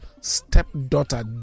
stepdaughter